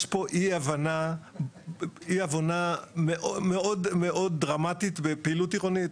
יש פה אי הבנה מאוד דרמטית בפעילות עירונית.